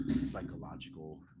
psychological